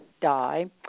die